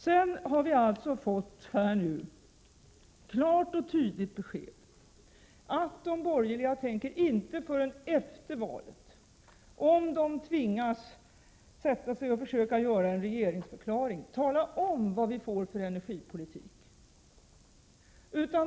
Nu har vi alltså fått klart och tydligt besked att de borgerliga inte förrän efter valet, om de tvingas sätta sig ned och försöka göra en regeringsförklaring, tänker tala om vad vi får för energipolitik.